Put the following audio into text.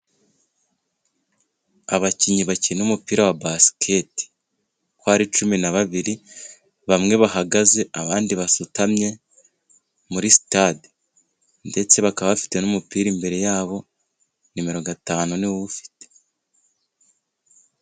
Abakinnyi bakina umupira wa basikete uko ari cumi na babiri bamwe bahagaze abandi basutamye muri sitade ndetse bakaba bafite n'umupira imbere yabo nimero gatanu niwe uwufite.